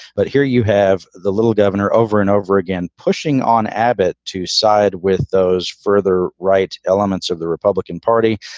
but here you have the little governor over and over again pushing on abbott to side with those further right elements of the republican party.